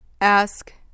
Ask